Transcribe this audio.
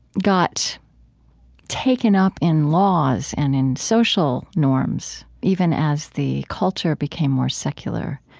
got taken up in laws and in social norms even as the culture became more secular